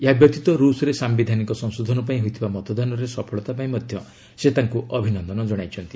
ଏହାବ୍ୟତୀତ ର୍ରଷ୍ରେ ସାୟିଧାନିକ ସଂଶୋଧନ ପାଇଁ ହୋଇଥିବା ମତଦାନରେ ସଫଳତା ପାଇଁ ମଧ୍ୟ ସେ ତାଙ୍କ ଅଭିନନ୍ଦନ ଜଣାଇଛନ୍ତି